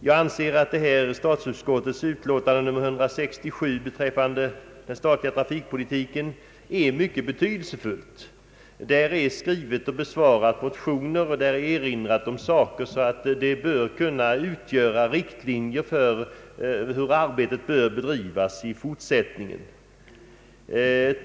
Jag anser att statsutskottets utlåtande nr 167 om den statliga trafikpolitiken är mycket betydelsefullt. Där har man besvarat motioner och gjort erinringar så att utlåtandet bör kunna betraktas som riktlinjer för arbetets bedrivande i fortsättningen.